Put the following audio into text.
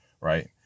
right